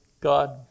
God